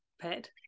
pet